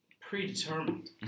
predetermined